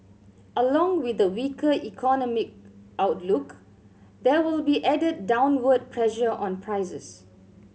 along with the weaker economic outlook there will be added downward pressure on prices